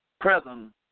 present